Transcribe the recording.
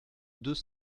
deux